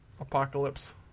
Apocalypse